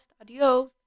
Adios